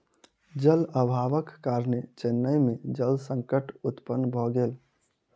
जल अभावक कारणेँ चेन्नई में जल संकट उत्पन्न भ गेल